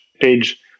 page